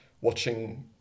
watching